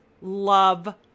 love